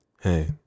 hey